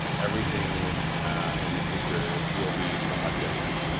everything in the future will be somewhat different.